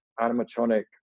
animatronic